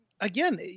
again